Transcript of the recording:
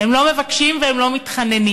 הם לא מבקשים והם לא מתחננים.